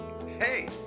Hey